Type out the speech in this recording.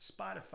Spotify